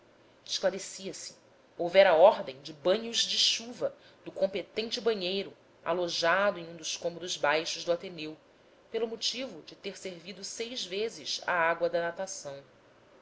sangue esclarecia se houvera ordem de banhos de chuva no competente banheiro alojado em um dos cômodos baixos do ateneu pelo motivo de ter servido seis vezes a água da natação